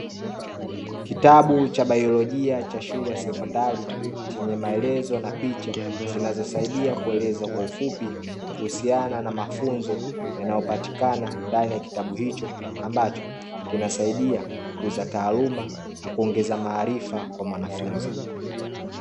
Kitabu cha baiolojia cha shule ya sekondari chenye maelezo na picha zinazosaidia kueleza kwa ufupi kuhusiana na mafunzo yanayopatikana ndani ya kitabu hicho ambacho kinasaidia kukuza taaluma, na kuongeza maarifa kwa wanafunzi.